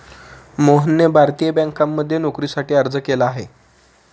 मोहनने भारतीय बँकांमध्ये नोकरीसाठी अर्ज केला आहे